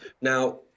Now